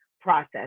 process